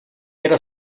era